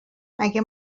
مگه